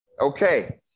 Okay